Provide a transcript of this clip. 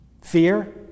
fear